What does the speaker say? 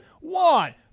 one